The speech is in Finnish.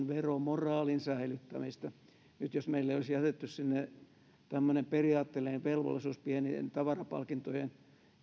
veromoraalin säilyttämistä nyt jos meillä olisi jätetty sinne tämmöinen periaatteellinen velvollisuus pienien tavarapalkintojen